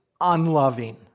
unloving